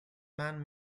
man